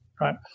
right